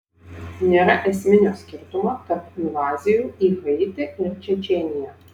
nėra esminio skirtumo tarp invazijų į haitį ir čečėniją